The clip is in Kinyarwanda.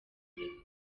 kureka